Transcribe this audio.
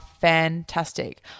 fantastic